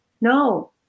No